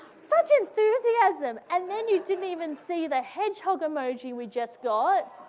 such enthusiasm! and then you didn't even see the hedgehog emoji we just got.